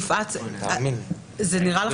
יפעת, זה נראה לך נכון?